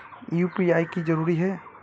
UPI की जरूरी है?